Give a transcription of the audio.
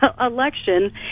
election